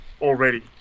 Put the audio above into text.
already